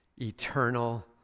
Eternal